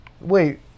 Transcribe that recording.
wait